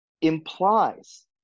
implies